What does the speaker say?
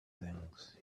things